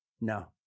No